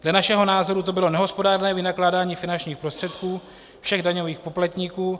Dle našeho názoru to bylo nehospodárné vynakládání finančních prostředků všech daňových poplatníků.